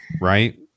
right